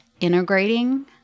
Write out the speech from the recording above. integrating